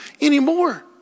anymore